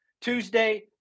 tuesday